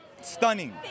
stunning